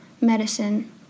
medicine